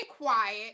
quiet